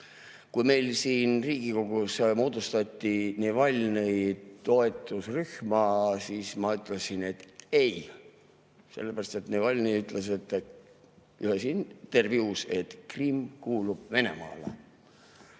Kui meil siin Riigikogus moodustati Navalnõi toetusrühma, siis ma ütlesin, et ei, sellepärast et Navalnõi ütles ühes intervjuus, et Krimm kuulub Venemaale.